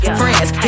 friends